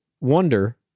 wonder